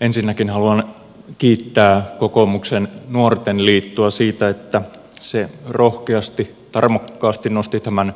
ensinnäkin haluan kiittää kokoomuksen nuorten liittoa siitä että se rohkeasti tarmokkaasti nosti tämän